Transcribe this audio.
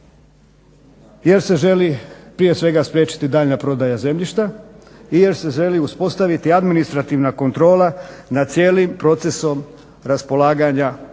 jer se želi prije svega spriječiti daljnja prodaja zemljišta i jer se želi uspostaviti administrativna kontrola nad cijelim procesom raspolaganja preostalim